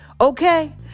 okay